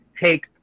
take